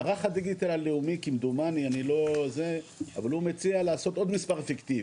מערך הדיגיטל הלאומי מציע להביא עוד מספר פיקטיבי.